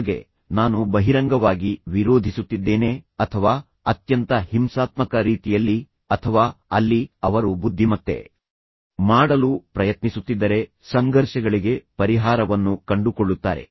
ನಿಮಗೆ ನಾನು ಬಹಿರಂಗವಾಗಿ ವಿರೋಧಿಸುತ್ತಿದ್ದೇನೆ ಅಥವಾ ಅತ್ಯಂತ ಹಿಂಸಾತ್ಮಕ ರೀತಿಯಲ್ಲಿ ಅಥವಾ ಅಲ್ಲಿ ಅವರು ಬುದ್ದಿಮತ್ತೆ ಮಾಡಲು ಪ್ರಯತ್ನಿಸುತ್ತಿದ್ದರೆ ಚರ್ಚೆಯಿಂದ ನಡೆಯುತ್ತಾನೆ ಮತ್ತು ನಂತರ ಸಂಘರ್ಷಗಳಿಗೆ ಪರಿಹಾರವನ್ನು ಕಂಡುಕೊಳ್ಳುತ್ತಾರೆ